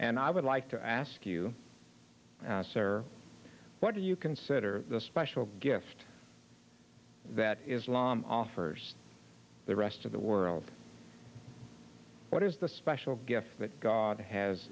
and i would like to ask you sir what do you consider the special gift that islam offers the rest of the world what is the special gift that god has